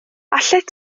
allet